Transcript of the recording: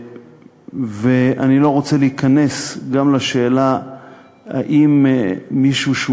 ואני לא רוצה להיכנס גם לשאלה אם מישהו שהוא